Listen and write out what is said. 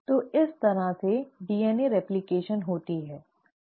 तो तरह से डीएनए रेप्लकेशन होती है